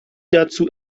dazu